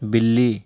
بلی